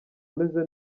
ameze